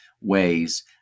ways